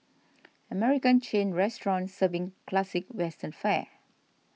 American chain restaurant serving classic western fare